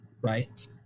right